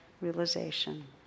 realization